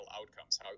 outcomes